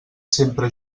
sempre